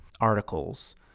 articles